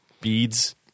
Beads